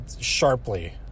sharply